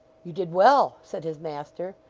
you did well said his master,